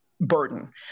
burden